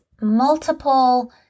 multiple